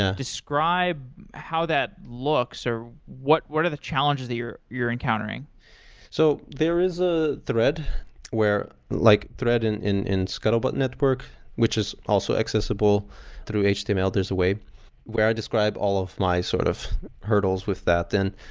ah describe how that looks or what what are the challenges that you're you're encountering so there is a thread where like thread and in in scuttlebutt network which is also accessible through html. there's a way where i describe all of my sort of hurdles with that. then,